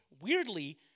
Weirdly